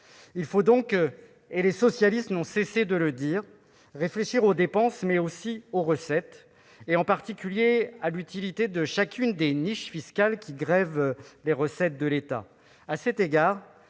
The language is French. Il faut donc réfléchir- les socialistes n'ont cessé de le dire -non seulement aux dépenses, mais aussi aux recettes, en particulier à l'utilité de chacune des niches fiscales, qui grèvent les recettes de l'État.